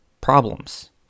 Problems